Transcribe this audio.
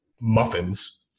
muffins